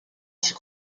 fut